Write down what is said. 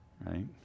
right